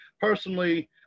personally